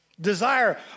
Desire